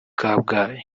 kabgayi